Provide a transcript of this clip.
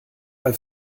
bei